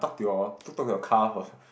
talk to your talk to your car first